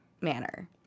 manner